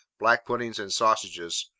black puddings, and sausages.